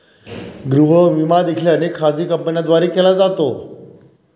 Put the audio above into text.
गृह विमा देखील अनेक खाजगी कंपन्यांद्वारे केला जातो